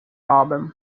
album